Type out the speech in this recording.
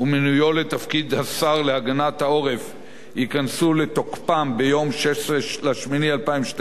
לתפקיד השר להגנת העורף ייכנסו לתוקפם ביום 16 באוגוסט 2012,